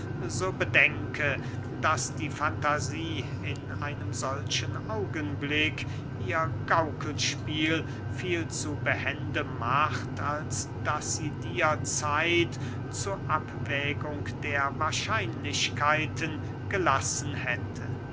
so bedenke daß die fantasie in einem solchen augenblick ihr gaukelspiel viel zu behende macht als daß sie dir zeit zu abwägung der wahrscheinlichkeiten gelassen hätte